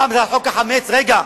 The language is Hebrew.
פעם זה היה חוק החמץ, שאומר: